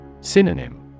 Synonym